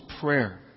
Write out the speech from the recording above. prayer